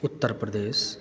Uttar Pradesh